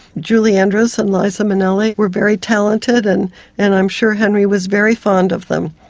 julie andrews and liza minnelli were very talented, and and i'm sure henry was very fond of them.